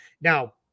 Now